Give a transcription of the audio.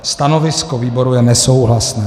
Stanovisko výboru je nesouhlasné.